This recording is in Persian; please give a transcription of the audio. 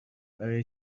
برای